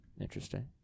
Interesting